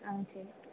ஆ சரி